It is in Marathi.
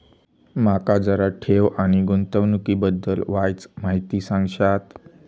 माका जरा ठेव आणि गुंतवणूकी बद्दल वायचं माहिती सांगशात?